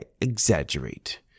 exaggerate